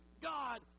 God